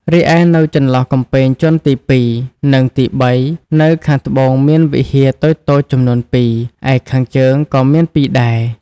រីឯនៅចន្លោះកំពែងជាន់ទីពីរនិងទីបីនៅខាងត្បូងមានវិហារតូចៗចំនួនពីរ ឯខាងជើងក៏មានពីរដែរ ។